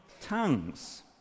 tongues